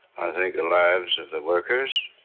i think the lives of the workers.